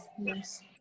yes